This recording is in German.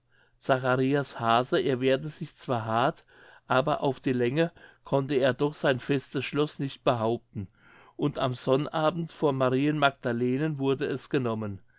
zacharias hase erwehrte sich zwar hart aber auf die länge konnte er doch sein festes schloß nicht behaupten und am sonnabend vor marien magdalenen wurde es genommen